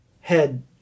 head